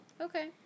Okay